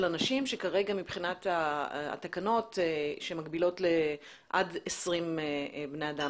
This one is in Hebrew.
של אנשים שכרגע מבחינת התקנות מגבילות עד 20 בני אדם